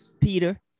Peter